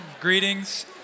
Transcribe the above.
Greetings